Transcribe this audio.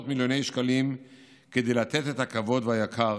מיליוני שקלים כדי לתת את הכבוד והיקר